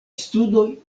studoj